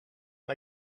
not